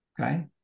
Okay